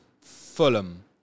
Fulham